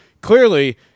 clearly